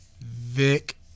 Vic